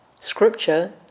scripture